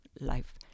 life